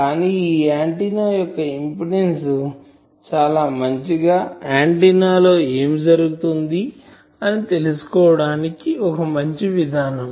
కానీ ఈ ఆంటిన్నా యొక్క ఇంపిడెన్సు చాలా మంచిగా ఆంటిన్నా లో ఏమి జరుగుతుంది అని తెలుసుకోవడానికి ఒక మంచి విధానం